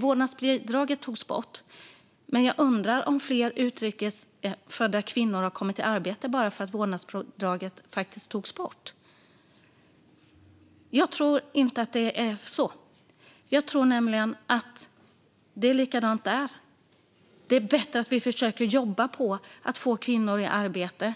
Vårdnadsbidraget togs bort, men jag undrar om fler utrikes födda kvinnor har kommit i arbete bara för det. Jag tror inte att det är så. Jag tror nämligen att det är likadant där. Det är bättre att vi försöker jobba på att få kvinnor i arbete.